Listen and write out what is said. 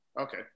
Okay